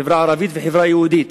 החברה הערבית והחברה היהודית,